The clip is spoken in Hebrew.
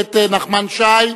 הכנסת נחמן שי,